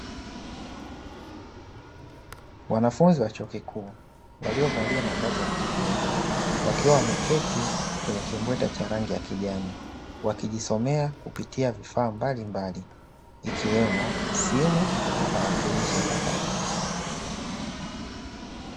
Wanafunzi wa chuo kikuu waliovalia mavazi ya kupendeza, wakiwa wameketi kwenye kimbweta cha rangi ya kijani wakijisomea kupitia vifaa mbalimbali ikiwemo simu na tarakinishi mpakato.